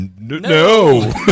no